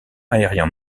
aérien